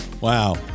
Wow